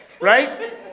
right